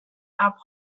are